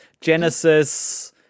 Genesis